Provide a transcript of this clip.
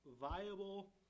viable